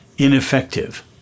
ineffective